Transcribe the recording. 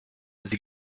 sie